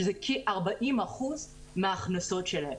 שזה כ-40% מ ההכנסות שלהם.